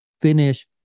finish